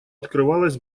открывалась